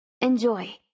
Enjoy